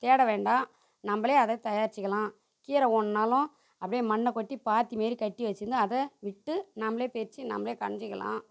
தேட வேண்டாம் நம்மளே அதை தயாரிச்சிக்கலாம் கீரை வோணுனாலும் அப்படியே மண்ணைக்கொட்டி பாத்தி மாரி கட்டிவச்சிருந்து அதை விட்டு நம்மளே பறிச்சி நம்மளே கடைஞ்சிக்கலாம்